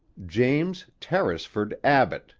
james tarrisford abbott